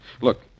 Look